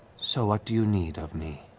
so what do you need of me?